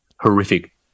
horrific